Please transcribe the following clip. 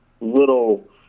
Little